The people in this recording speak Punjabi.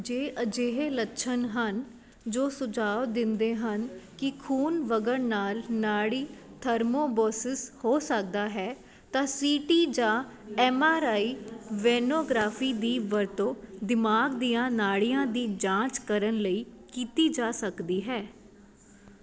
ਜੇ ਅਜਿਹੇ ਲੱਛਣ ਹਨ ਜੋ ਸੁਝਾਵ ਦਿੰਦੇ ਹਨ ਕਿ ਖੂਨ ਵਗਨ ਨਾਲ ਨਾੜੀ ਥਰਮੋਬੋਸਿਸ ਹੋ ਸਕਦਾ ਹੈ ਤਾਂ ਸੀਟੀ ਜਾਂ ਐੱਮ ਆਰ ਆਈ ਵੈਨੋਗ੍ਰਾਫੀ ਦੀ ਵਰਤੋਂ ਦਿਮਾਗ ਦੀਆਂ ਨਾੜੀਆਂ ਦੀ ਜਾਂਚ ਕਰਨ ਲਈ ਕੀਤੀ ਜਾ ਸਕਦੀ ਹੈ